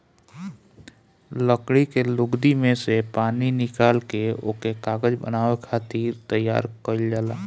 लकड़ी के लुगदी में से पानी निकाल के ओके कागज बनावे खातिर तैयार कइल जाला